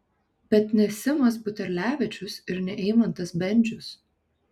bet ne simas buterlevičius ir ne eimantas bendžius